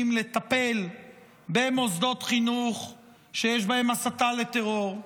לטפל במוסדות חינוך שיש בהם הסתה לטרור.